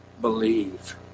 believe